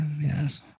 Yes